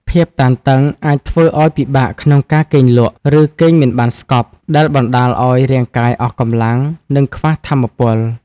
ភាពតានតឹងអាចធ្វើឲ្យពិបាកក្នុងការគេងលក់ ឬគេងមិនបានស្កប់ ដែលបណ្ដាលឲ្យរាងកាយអស់កម្លាំង និងខ្វះថាមពល។